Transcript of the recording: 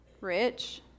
Rich